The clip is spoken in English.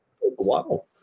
wow